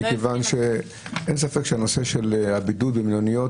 מכיוון שאין ספק שהנושא של הבידוד במלוניות,